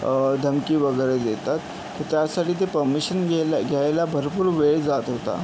धमकी वगैरे देतात तर त्यासाठी ते परमिशन घेला घ्यायला भरपूर वेळ जात होता